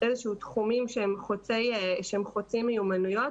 איזשהם תחומים שהם חוצים מיומנויות.